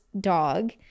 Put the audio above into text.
dog